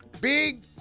Big